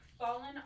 Fallen